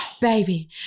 baby